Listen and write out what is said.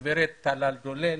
שגברת טלל דולב